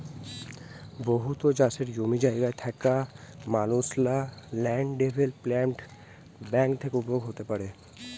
বহুত চাষের জমি জায়গা থ্যাকা মালুসলা ল্যান্ড ডেভেলপ্মেল্ট ব্যাংক থ্যাকে উপভোগ হ্যতে পারে